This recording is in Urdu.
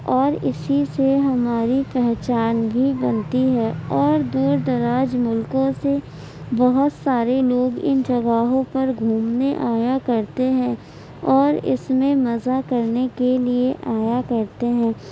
اور اسی سے ہماری پہچان بھی بنتی ہے اور دور دراز ملکوں سے بہت سارے لوگ ان جگہوں پر گھومنے آیا کرتے ہیں اور اس میں مزہ کرنے کے لیے آیا کرتے ہیں